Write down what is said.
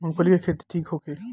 मूँगफली के खेती ठीक होखे?